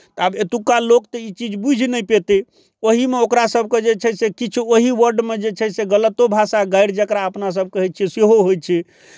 आब एतुक्का लोक तऽ ई चीज बूझि नहि पयतै ओहीमे ओकरासभके जे छै से किछु ओही वर्डमे जे छै से गलतो भाषा गारि जकरा अपनासभ कहै छियै सेहो होइ छै